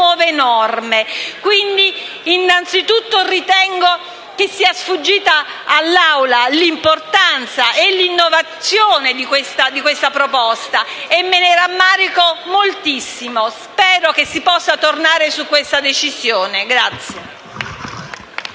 Quindi, innanzitutto ritengo sia sfuggita all'Assemblea l'importanza e l'innovazione di questa proposta: me ne rammarico moltissimo e spero si possa tornare su questa decisione.